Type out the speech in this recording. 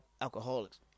alcoholics